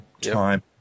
time